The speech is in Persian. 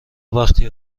وقتی